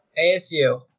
ASU